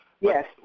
Yes